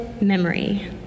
memory